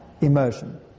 immersion